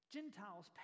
Gentiles